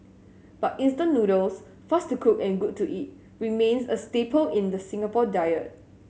but instant noodles fast to cook and good to eat remains a staple in the Singapore diet